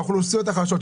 באוכלוסיות החלשות,